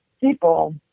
people